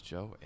Joe